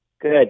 Good